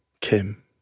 Kim